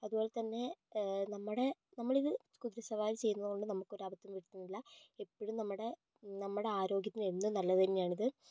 അതുപോലെതന്നെ നമ്മുടെ നമ്മളിത് കുതിരസവാരി ചെയ്യുന്നതുകൊണ്ട് നമുക്ക് ഒരു ആപത്തും വരുത്തുന്നില്ല എപ്പോഴും നമ്മുടെ നമ്മുടെ ആരോഗ്യത്തിന് എന്നും നല്ലതു തന്നെയാണ് ഇത്